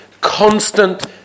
constant